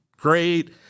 great